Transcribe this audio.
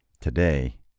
Today